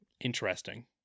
interesting